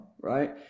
right